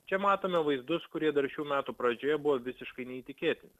čia matome vaizdus kurie dar šių metų pradžioje buvo visiškai neįtikėtini